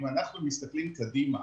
אם אנחנו מסתכלים קדימה,